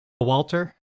walter